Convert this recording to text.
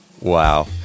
Wow